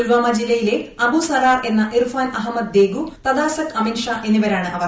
പുൽവാമ ജില്ലയിലെ അബു സറാർ എന്ന ഇർഫാൻ അഹമദ് ദേഗു തദാസക് അമിൻ ഷാ എന്നിവരാണ് അവർ